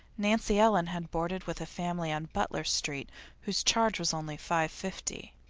nancy ellen had boarded with a family on butler street whose charge was only five-fifty.